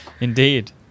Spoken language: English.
Indeed